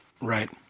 Right